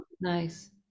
Nice